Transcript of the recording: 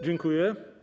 Dziękuję.